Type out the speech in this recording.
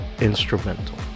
Instrumental